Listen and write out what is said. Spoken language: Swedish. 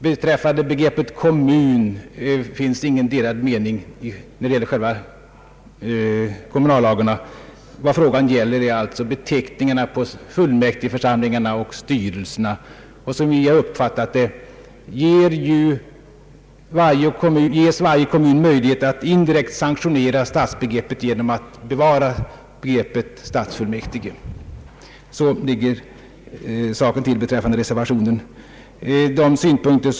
Beträffande begreppet kommun finns inga delade meningar när det gäller kommunallagarna. Vad frågan gäller är lagstiftning om beteckningarna på fullmäktigeförsamlingarna och styrelserna. Som vi har uppfattat det ges varje kommun möjlighet att indirekt sanktionera stadsbegreppet genom att bevara begreppet stadsfullmäktige. Så ligger saken till beträffande reservationen.